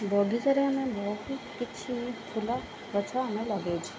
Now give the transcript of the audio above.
ବଗିଚାରେ ଆମେ ବହୁତ କିଛି ଫୁଲ ଗଛ ଆମେ ଲଗେଇଛୁ